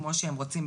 כמו שהם רוצים,